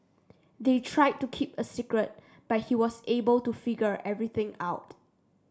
they tried to keep a secret but he was able to figure everything out